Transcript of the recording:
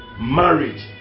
marriage